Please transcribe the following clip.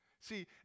See